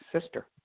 sister